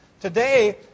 Today